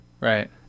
Right